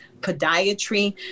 podiatry